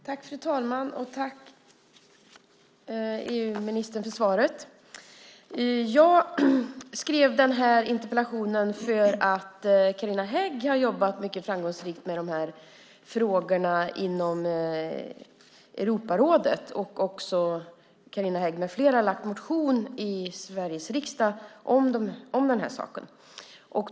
Fru talman! Tack, EU-ministern, för svaret! Jag skrev interpellationen därför att Carina Hägg har jobbat mycket framgångsrikt med de här frågorna inom Europarådet. Carina Hägg med flera har också väckt en motion i Sveriges riksdag om den här saken.